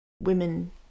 women